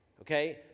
Okay